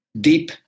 deep